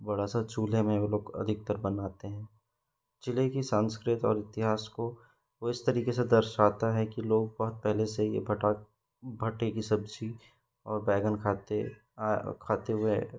बड़ा सा चूल्हे में वह लोग अधिकतर बनाते हैं ज़िले की संस्कृति और इतिहास को वह इस तरीके से दर्शाता है कि लोग बहुत पहले से ही भाटा भाटे की सब्ज़ी और बैगन खाते आ खाते हुए